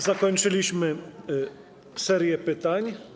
Zakończyliśmy serię pytań.